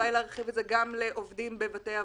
אולי להרחיב את זה גם לעובדים בבתי האבות,